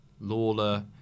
Lawler